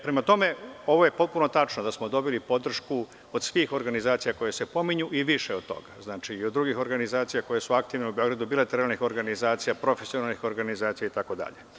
Prema tome, ovo je potpuno tačno, da smo dobili podršku od svih organizacija koje se pominju i više od toga, znači, i od drugih organizacija koje su aktivne u Beogradu, bilateralnih organizacija, profesionalnih organizacija itd.